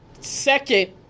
Second